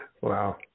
Wow